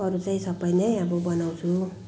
अरू चाहिँ सबै नै अब बनाउँछु